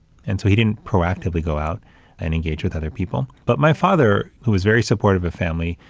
and so he didn't proactively go out and engage with other people. but my father, who was very supportive of family,